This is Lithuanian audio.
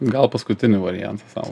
gal paskutinį variantą sau